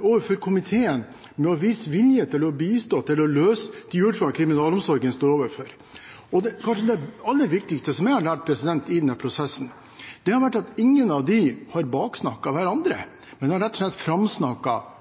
overfor komiteen med å vise vilje til å bistå til å løse de utfordringene kriminalomsorgen står overfor. Kanskje det aller viktigste jeg har lært i denne prosessen, er at ingen av dem har baksnakket hverandre, men rett og slett